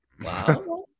Wow